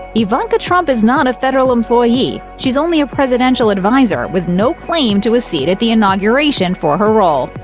ivanka trump is not a federal employee. she's only a presidential adviser, with no claim to a seat at the inauguration for her role.